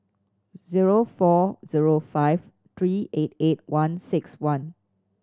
zero four zero five three eight eight one six one